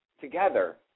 together